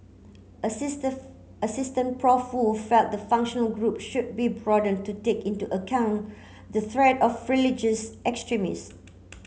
Prof Woo felt the functional group should be broadened to take into account the threat of religious